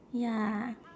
ya